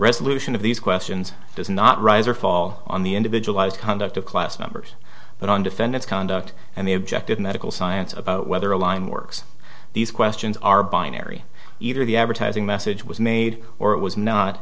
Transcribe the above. resolution of these questions does not rise or fall on the individualized conduct of class members but on defendant's conduct and the objective medical science of whether a line works these questions are binary either the advertising message was made or it was not